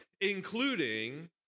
including